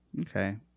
okay